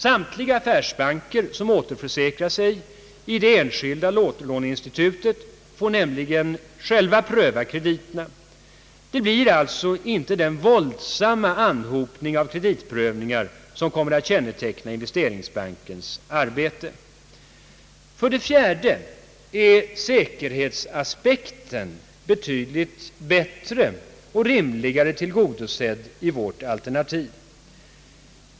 Samtliga affärsbanker som återförsäkrar sig i det enskilda återlåneinstitutet får nämligen pröva krediterna. Det blir alltså inte den våldsamma anhopning av kreditprövningar som kommer att känneteckna investeringsbankens arbete. För det fjärde är säkerhetsaspekten betydligt bättre och rimligare tillgodosedd i vårt alternativ.